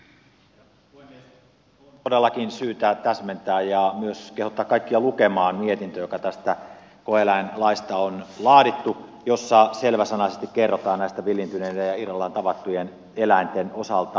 on todellakin syytä täsmentää ja myös kehottaa kaikkia lukemaan mietintö joka tästä koe eläinlaista on laadittu ja jossa selväsanaisesti kerrotaan näiden villiintyneiden ja irrallaan tavattujen eläinten osalta